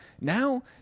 Now